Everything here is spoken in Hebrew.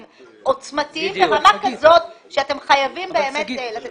הם עוצמתיים ברמה כזאת שאתם חייבים באמת לעשות את זה.